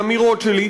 האמירות שלי,